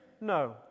No